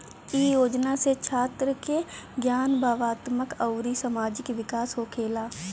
इ योजना से छात्र के ज्ञान, भावात्मक अउरी सामाजिक विकास होखेला